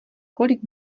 kolik